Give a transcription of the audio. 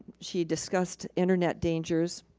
she discussed internet dangers.